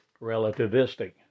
relativistic